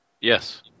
Yes